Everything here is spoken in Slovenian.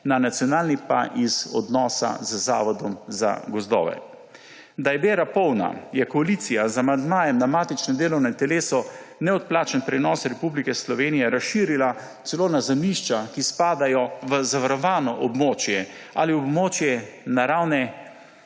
na nacionalni pa odnosa z Zavodom za gozdove. Da je mera polna, je koalicija z amandmajem na matičnem delovnem telesu neodplačni prenos Republike Slovenije razširila celo na zemljišča, ki spadajo v zavarovano območje ali območje naravne